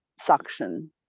suction